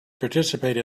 participate